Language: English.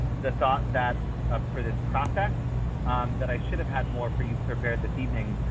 the thought that for this process that i should have had more for you prepared this evening.